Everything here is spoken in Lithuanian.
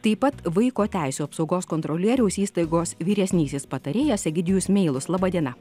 taip pat vaiko teisių apsaugos kontrolieriaus įstaigos vyresnysis patarėjas egidijus meilus laba diena